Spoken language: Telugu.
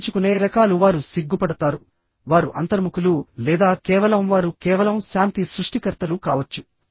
తప్పించుకునే రకాలు వారు సిగ్గుపడతారు వారు అంతర్ముఖులు లేదా కేవలం వారు కేవలం శాంతి సృష్టికర్తలు కావచ్చు